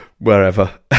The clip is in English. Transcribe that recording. wherever